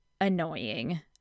annoying